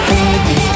Baby